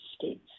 states